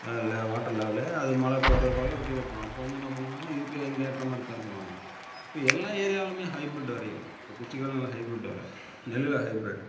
அதில் water level அது மழை குறைய குறைய கீழே போய்விடும் அப்போது வந்து என்ன பண்ணுவாங்கன்னால் இதுக்கு இங்கே ஏற்ற மாதிரி பயிர் பண்ணுவாங்க இப்போ எல்லா ஏரியாலேயுமே ஹைபிரிட் வரைகள் இப்போ குச்சிக்கிழங்கில் ஹைபிரிட் விதை நெல்லில் ஹைபிரிட்டு